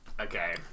Okay